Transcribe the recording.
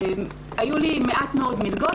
היו לי מעט מאוד מלגות.